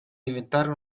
diventare